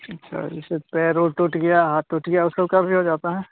अच्छा अच्छा जैसे पैर उर टूट गया हाथ टूट गया उस सबका भी हो जाता है